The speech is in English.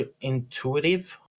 intuitive